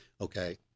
okay